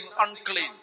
unclean